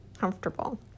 comfortable